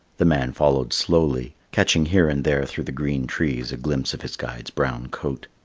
the man followed slowly catching here and there through the green trees a glimpse of his guide's brown coat.